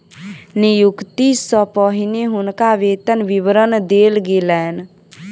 नियुक्ति सॅ पहिने हुनका वेतन विवरण देल गेलैन